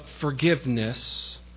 forgiveness